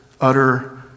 utter